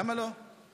למה לא?